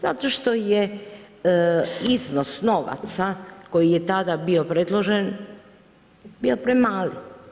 Zato što je iznos novaca koji je tada bio predložen bio premali.